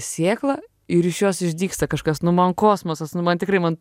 sėklą ir iš jos išdygsta kažkas nu man kosmosas nu man tikrai man